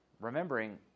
remembering